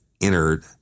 entered